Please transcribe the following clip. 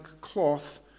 cloth